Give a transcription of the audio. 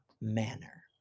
manner